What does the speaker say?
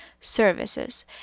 Services